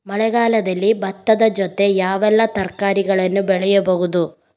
ಮಳೆಗಾಲದಲ್ಲಿ ಭತ್ತದ ಜೊತೆ ಯಾವೆಲ್ಲಾ ತರಕಾರಿಗಳನ್ನು ಬೆಳೆಯಬಹುದು?